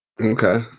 Okay